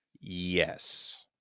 Yes